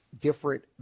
different